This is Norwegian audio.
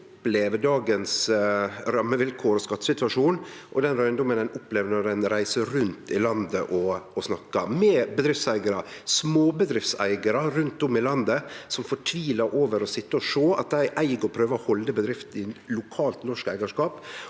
opplever dagens rammevilkår og skattesituasjon, og den røyndomen ein opplever når ein reiser rundt i landet og snakkar med bedriftseigarar – småbedriftseigarar rundt om i landet, som er fortvilte over å sitje og sjå på at dei prøver å halde bedrifter i lokalt norsk eigarskap